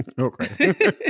Okay